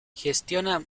gestiona